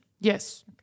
Yes